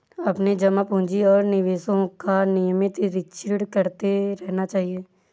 अपने जमा पूँजी और निवेशों का नियमित निरीक्षण करते रहना चाहिए